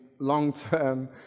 long-term